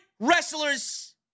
wrestlers